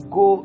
go